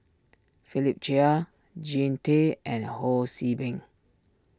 Philip Chia Jean Tay and Ho See Beng